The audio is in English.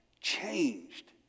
Changed